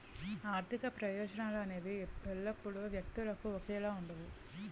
ఆర్థిక ప్రయోజనాలు అనేవి ఎల్లప్పుడూ వ్యక్తులకు ఒకేలా ఉండవు